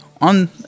On